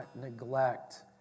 neglect